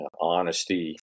honesty